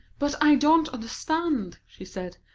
but i don't understand, she said.